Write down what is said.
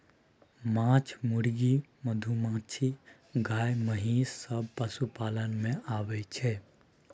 माछ, मुर्गी, मधुमाछी, गाय, महिष सब पशुपालन मे आबय छै